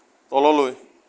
তললৈ